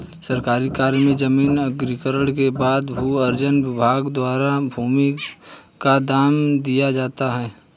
सरकारी कार्य में जमीन अधिग्रहण के बाद भू अर्जन विभाग द्वारा भूमि का दाम दिया जाता है